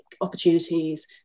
opportunities